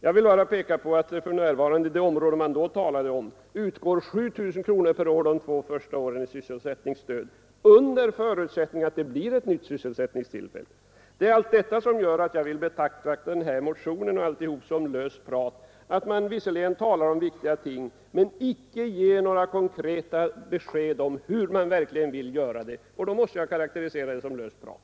Jag vill bara peka på att det för närvarande i det område man då talade om under de två första åren utgår 7 000 kronor i sysselsättningsstöd för varje sysselsättningstillfälle — under förutsättning att det blir ett nytt sysselsättningstillfälle. Det är allt detta som gör att jag vill betrakta den här motionen och allt detta tal som bara löst prat. Visserligen talar man om viktiga ting, men när man icke ger några konkreta besked om hur man verkligen vill göra måste jag karakterisera det som löst prat.